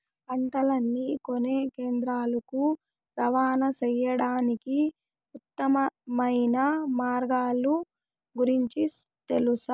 పంటలని కొనే కేంద్రాలు కు రవాణా సేయడానికి ఉత్తమమైన మార్గాల గురించి తెలుసా?